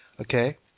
okay